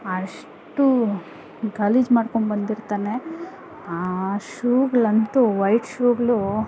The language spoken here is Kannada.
ಅಷ್ಟು ಗಲೀಜು ಮಾಡ್ಕೊಂಡು ಬಂದಿರ್ತಾನೆ ಆ ಶೂಗ್ಳಂತೂ ವಯ್ಟ್ ಶೂಗಳು